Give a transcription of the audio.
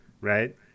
right